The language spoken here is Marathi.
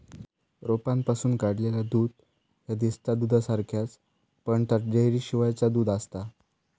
रोपांपासून काढलेला दूध ह्या दिसता दुधासारख्याच, पण ता डेअरीशिवायचा दूध आसता